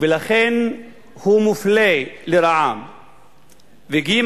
ולכן הוא מופלה לרעה, ג.